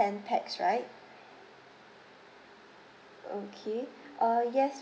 ten pax right okay uh yes